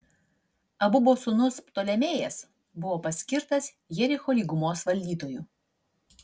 abubo sūnus ptolemėjas buvo paskirtas jericho lygumos valdytoju